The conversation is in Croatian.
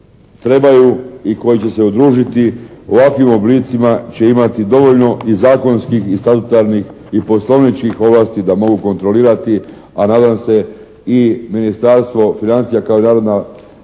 trebaju i koji će se udružiti u ovakvim oblicima će imati dovoljno i zakonskih i statutarnih i poslovničkih ovlasti da mogu kontrolirati, a nadam se i Ministarstvo financija kao i Narodna banka